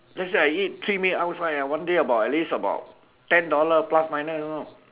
let's say I eat three meal outside ah one day about at least about ten dollars plus minus you know